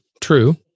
true